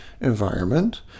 environment